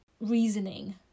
reasoning